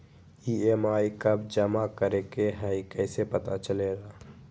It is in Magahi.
ई.एम.आई कव जमा करेके हई कैसे पता चलेला?